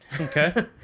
Okay